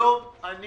היום אני